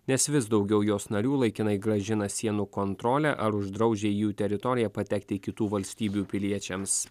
nes vis daugiau jos narių laikinai grąžina sienų kontrolę ar uždraudžia į jų teritoriją patekti kitų valstybių piliečiams